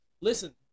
Listen